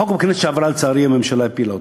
החוק בכנסת שעברה, לצערי הממשלה הפילה אותו.